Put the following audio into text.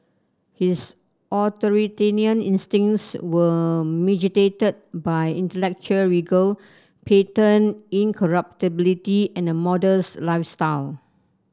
his authoritarian instincts were mitigated by intellectual rigour patent incorruptibility and a modest lifestyle